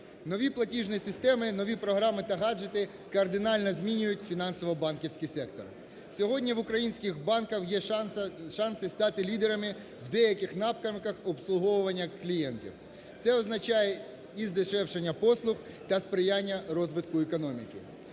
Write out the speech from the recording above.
Нові платіжні системи, нові програми та гаджети кардинально змінюють фінансово-банківський сектор. Сьогодні у українських банків є шанси стати лідерами в деяких напрямках обслуговування клієнтів. Це означає і здешевлення послуг, та сприяння розвитку економіки.